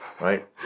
right